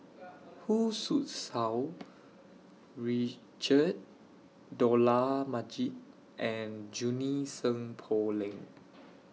Hu Tsu Tau Richard Dollah Majid and Junie Sng Poh Leng